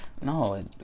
no